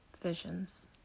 visions